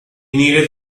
needed